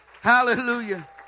Hallelujah